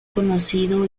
conocido